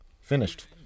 finished